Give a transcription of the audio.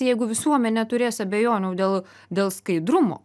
jeigu visuomenė turės abejonių dėl dėl skaidrumo